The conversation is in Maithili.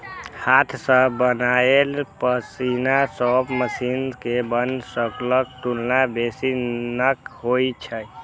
हाथ सं बनायल पश्मीना शॉल मशीन सं बनल शॉलक तुलना बेसी नीक होइ छै